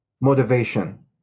motivation